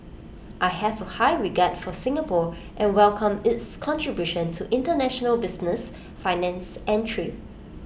I have A high regard for Singapore and welcome its contribution to International business finance and trade